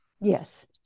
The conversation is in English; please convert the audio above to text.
yes